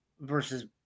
versus